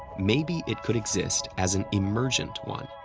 maybe it could exist as an emergent one.